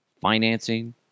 financing